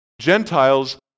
Gentiles